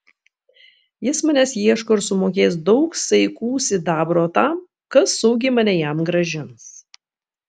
jis manęs ieško ir sumokės daug saikų sidabro tam kas saugiai mane jam grąžins